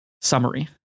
summary